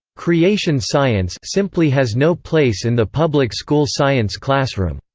creation-science simply has no place in the public-school science classroom.